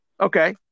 Okay